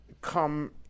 come